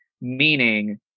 meaning